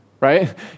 right